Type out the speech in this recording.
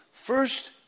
first